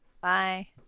Bye